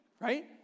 right